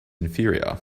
inferior